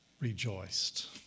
rejoiced